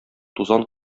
тузан